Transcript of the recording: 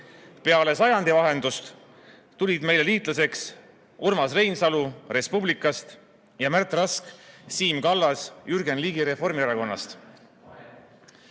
Peale sajandivahetust tulid meile liitlaseks Urmas Reinsalu Res Publicast ning Märt Rask, Siim Kallas ja Jürgen Ligi Reformierakonnast.